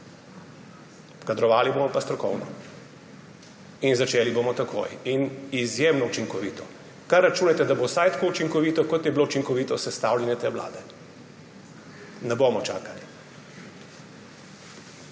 Kadrovali bomo pa strokovno in začeli bomo takoj in izjemno učinkovito. Kar računajte, da bo vsaj tako učinkovito, kot je bilo učinkovito sestavljanje te vlade. Ne bomo čakali.